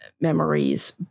memories